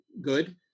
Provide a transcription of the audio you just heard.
good